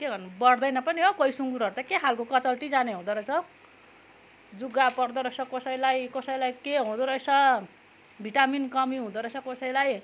के गर्नु बढ्दैन पनि हो कोही सुँगुरहरू त के खालको कचल्टिजाने हुँदो रहेछ जुगा पर्दो रहेछ कसैलाई कसैलाई के हुँदोरहेछ भिटामिन कमी हुँदो रहेछ कसैलाई